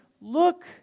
look